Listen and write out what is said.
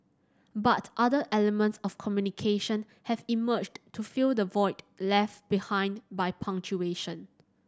but other elements of communication have emerged to fill the void left behind by punctuation